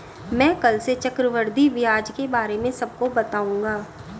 मैं कल से चक्रवृद्धि ब्याज के बारे में सबको बताऊंगा